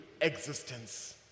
existence